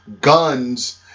guns